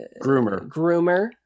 Groomer